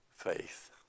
faith